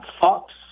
Fox